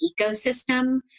ecosystem